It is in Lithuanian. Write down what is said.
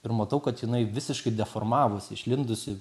ir matau kad jinai visiškai deformavusi išlindusi